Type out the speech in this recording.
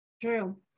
true